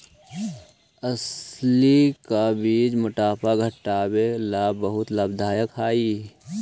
अलसी का बीज मोटापा घटावे ला बहुत लाभदायक हई